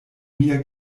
mia